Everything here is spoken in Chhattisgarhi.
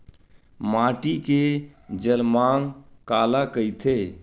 माटी के जलमांग काला कइथे?